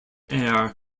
air